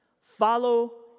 follow